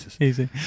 Easy